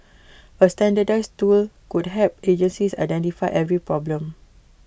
A standardised tool could help agencies identify every problem